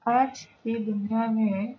آج کی دنیا میں